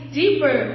deeper